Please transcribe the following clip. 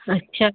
अच्छा